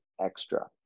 extra